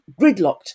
gridlocked